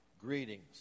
Greetings